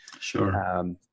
Sure